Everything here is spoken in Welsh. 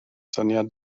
syniad